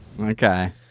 Okay